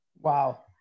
Wow